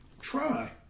try